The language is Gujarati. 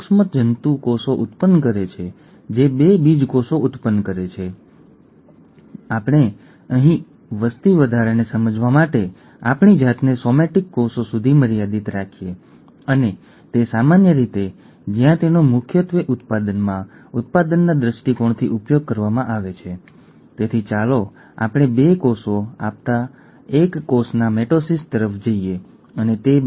તમે જાણો છો કે શરીરના દરેક કોષમાં જનીનોનો સમૂહ એકસરખો હોય છે શરીરના દરેક દૈહિક કોષમાં જનીનોનો સમૂહ એકસરખો જ હોય છે અને તે મગજનો કોષ હોય કે યકૃતનો કોષ હોય કે ચામડીનો કોષ હોય તેનાથી કોઈ ફરક પડતો નથી